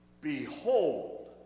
Behold